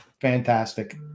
Fantastic